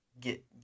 get